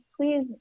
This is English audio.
please